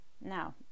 Now